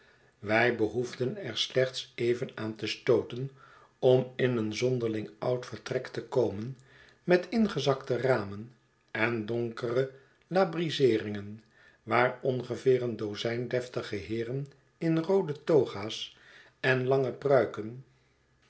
wij behoefden er slechts even aan te stooten om in een zonderling oud vertrek te komen met ingezakte ramen en donkere lambrizeeringen waar ongeveer een dozijn deftige heeren in roode toga's en lange pruiken